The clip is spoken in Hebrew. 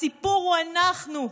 הסיפור הוא אנחנו.